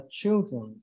children